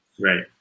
Right